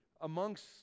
amongst